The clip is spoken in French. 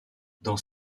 dans